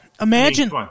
Imagine